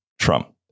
Trump